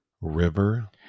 River